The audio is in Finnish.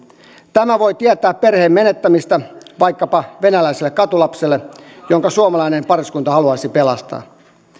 tämä voi tietää perheen menettämistä vaikkapa venäläiselle katulapselle jonka suomalainen pariskunta haluaisi pelastaa